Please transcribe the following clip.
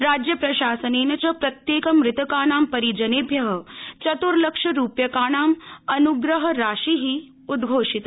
राज्य प्रशासनेन च प्रत्येकं मृतकानां परिजनेभ्य चत्र्लक्षरूप्यकाणां अन्ग्रहराशि उद्घोषित